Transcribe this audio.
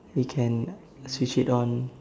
we can like switch it on